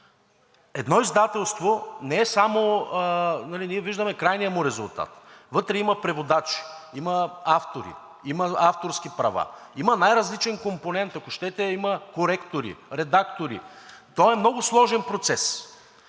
Едно издателство не е само, нали ние виждаме крайния му резултат, вътре има преводачи, има автори, има авторски права, има най-различен компонент, ако щете, има коректори, редактори, то е много сложен процес.